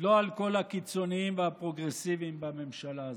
לא על כל הקיצוניים והפרוגרסיבים בממשלה הזאת.